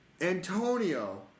Antonio